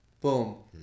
Boom